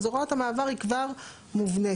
אז הוראת המעבר היא כבר מובנית.